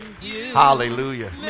Hallelujah